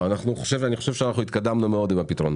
אני חושב שמאוד התקדמנו עם הפתרון.